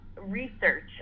research